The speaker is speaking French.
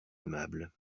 aimable